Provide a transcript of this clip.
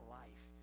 life